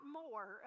more